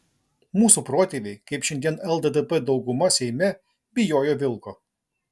mūsų protėviai kaip šiandien lddp dauguma seime bijojo vilko